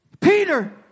Peter